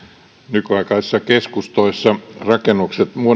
nykyaikaisissa keskustoissa rakennukset